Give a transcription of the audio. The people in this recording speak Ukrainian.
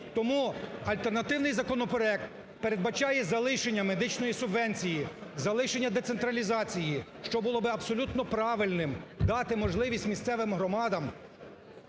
Тому альтернативний законопроект передбачає залишення медичної субвенції, залишення децентралізаціі, що було би абсолютно правильним – дати можливість місцевим громадам